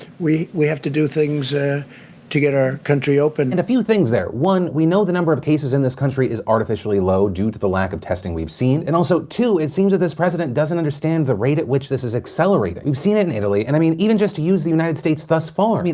we we have to do things ah to get our country open. and, a few things there, one, we know the number of cases in this country is artificially low, due to the lack of testing we've seen. and also, two, it seems that this president doesn't understand the rate at which this is accelerating. we've seen it in italy. and, i mean, even just to use the united states thus far. i mean,